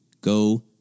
go